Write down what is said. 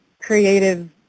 creative